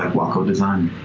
waccoh design?